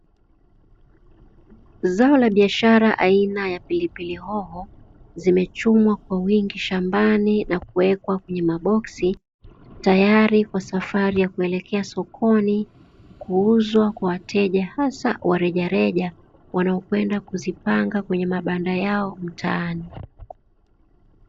Zao la biashara aina ya pilipili hoho zimechumwa kwa wingi shambani na kuwekwa kwenye maboksi, tayari kwa safari ya kuelekea sokoni kuuzwa kwa wateja hasa wa rejareja wanaokwenda kuzipanga kwenye mabanda yao mtaani.